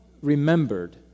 remembered